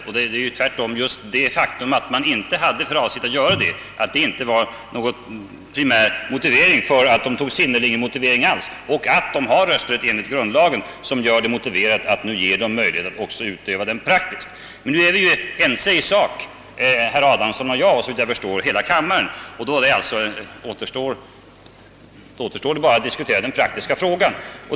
Tvärtom är det just det faktum att detta inte var meningen som gör det angeläget att se till att de nu också kan utöva denna sin rösträtt. När vi nu är ense i sak, herr Adamsson och jag såvitt jag förstår även hela kammaren, återstår bara att diskutera den praktiska frågan.